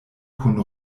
kun